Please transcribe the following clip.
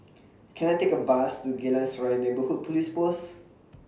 Can I Take A Bus to Geylang Serai Neighbourhood Police Post